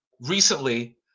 recently